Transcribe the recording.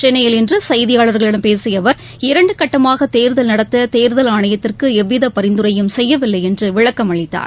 சென்னையில் இன்று செய்தியாளர்களிடம் பேசிய அவர் இரண்டு கட்டமாக தேர்தல் நடத்த தேர்தல் ஆணையத்திற்கு எந்தவித பரிந்துரையும் செய்யவில்லை என்று விளக்கம் அளித்தார்